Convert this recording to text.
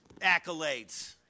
accolades